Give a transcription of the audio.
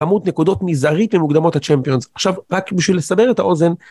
כמות נקודות מזערית למוקדמות הצ'מפיונס עכשיו רק בשביל לסבר את האוזן,